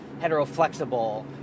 heteroflexible